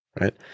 Right